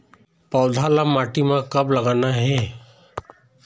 पौधा ला माटी म कब लगाना हे?